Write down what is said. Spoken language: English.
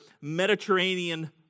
Mediterranean